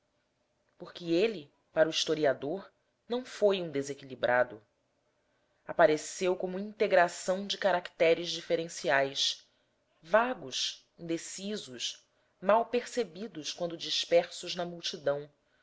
porque ele para o historiador não foi um desequilibrado apareceu como integração de caracteres diferenciais vagos indecisos mal percebidos quando dispersos na multidão